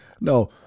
No